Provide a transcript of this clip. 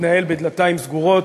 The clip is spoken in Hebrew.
יתנהל בדלתיים סגורות.